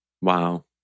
Wow